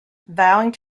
vowing